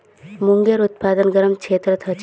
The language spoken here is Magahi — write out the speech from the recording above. मूंगेर उत्पादन गरम क्षेत्रत ह छेक